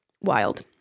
Wild